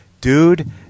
dude